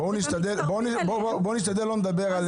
בואו נשתדל לא לדבר על מה